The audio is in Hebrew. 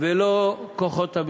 ולא כוחות הביטחון.